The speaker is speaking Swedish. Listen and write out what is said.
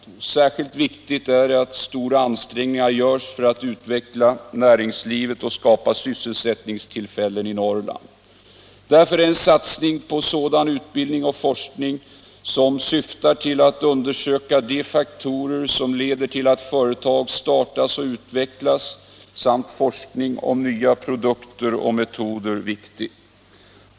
Särskilt viktigt är att stora ansträngningar görs för att utveckla näringslivet och skapa sysselsättningstillfällen i Norrland. Därför är en satsning på sådan utbildning och forskning viktig som syftar till att undersöka de faktorer som leder till att företag startas och utvecklas samt forskning om nya produkter och metoder.